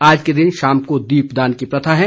आज के दिन शाम को दीप दान की प्रथा है